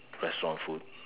restaurant food